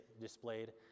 displayed